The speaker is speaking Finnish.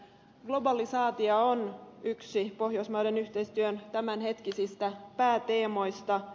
globalisaatio on yksi pohjoismaiden yhteistyön tämänhetkisistä pääteemoista